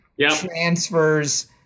transfers